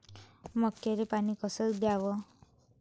मक्याले पानी कस द्याव?